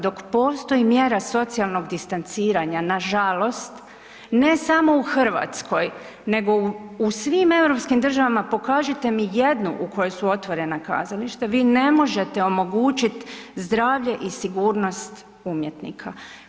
Dok postoji mjera socijalnog distanciranja, nažalost, ne samo u Hrvatskoj nego u svim europskim državama pokažite mi jednu u kojoj su otvorena kazališta, vi ne možete omogućiti zdravlje i sigurnost umjetnika.